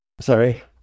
Sorry